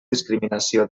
discriminació